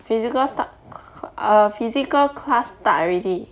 physical star~ err physical class start already